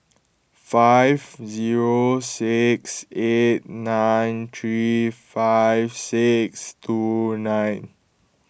five zero six eight nine three five six two nine